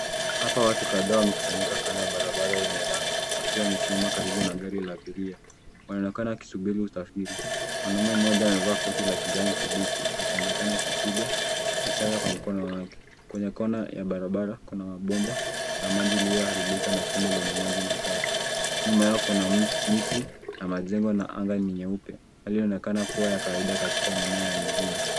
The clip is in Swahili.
Hapa watu kadhaaa wamekusanyika kando ya barabara yenye lami wakiwa wamesimama karibu na gari la abiria . Wanaonekana wakisubiri kusafiri. Mwanamume mmoja amevaa koti la kijani kibichi, akionekana akipiga ishara kwa mkono wake. Kwenye kona ya barabra, kuna mabomba ya maji yaliyoharibika na shimo lenye maji machafu. Nyuma yao kuna miti na majengo na anga ni nyeupe, hali inayoonekana kuwa ya kawaida katika maeneo ya mijini.